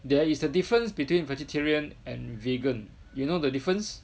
there is a difference between vegetarian and vegan you know the difference